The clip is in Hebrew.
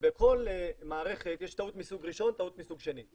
בכל מערכת יש טעות מסוג ראשון, טעות מסוג שני.